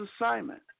assignment